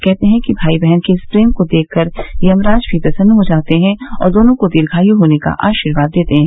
कहतें हैं कि भाई बहन के इस प्रेम को देख कर यमराज भी प्रसन्न हो जाते हैं और दोनों को दीर्घायु होने का आशीर्वाद देते हैं